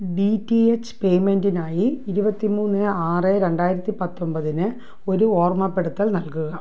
D T H പേയ്മെൻറ്റിനായി ഇരുപത്തിമൂന്ന് ആറ് രണ്ടായിരത്തി പത്തൊമ്പതിന് ഒരു ഓർമ്മപ്പെടുത്തൽ നൽകുക